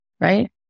right